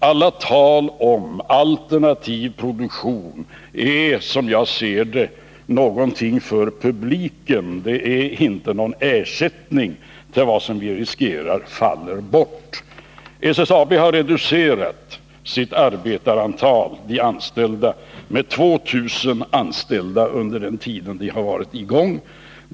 Allt tal om alternativ produktion är, som jag ser det, någonting för publiken. Det är inte någon ersättning för det som vi riskerar skall falla bort. SSAB har reducerat sitt arbetarantal med 2 000 anställda under den tid det varit i gång.